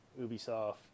Ubisoft